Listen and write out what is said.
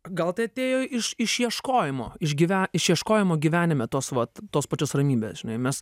gal tai atėjo iš iš ieškojimo iš gyve iš ieškojimo gyvenime tos vat tos pačios ramybės žinai mes